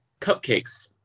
Cupcakes